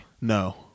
No